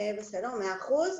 בסדר, מאה אחוז.